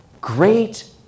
Great